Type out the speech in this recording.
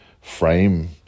frame